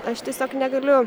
aš tiesiog negaliu